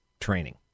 training